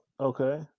Okay